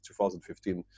2015